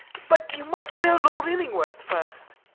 but you must know lord illingworth first.